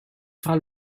fra